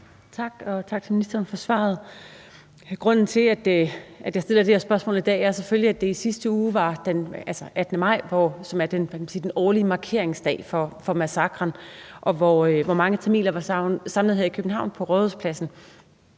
Tak. Og tak til ministeren for svaret. Grunden til, jeg stiller det her spørgsmål i dag, er selvfølgelig, at det i sidste uge var den 18. maj, som er den årlige markeringsdag for massakren, og hvor mange tamiler var samlet på Rådhuspladsen